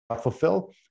fulfill